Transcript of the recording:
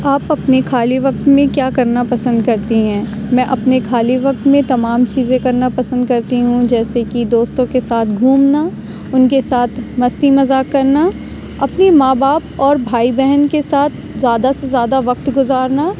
آپ اپنے خالی وقت میں کیا کرنا پسند کرتی ہیں میں اپنے خالی وقت میں تمام چیزیں کرنا پسند کرتی ہوں جیسے کہ دوستوں کے ساتھ گھومنا ان کے ساتھ مستی مذاق کرنا اپنی ماں باپ اور بھائی بہن کے ساتھ زیادہ سے زیادہ وقت گزارنا